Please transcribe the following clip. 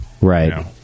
Right